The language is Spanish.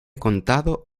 contado